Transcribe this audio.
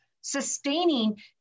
sustaining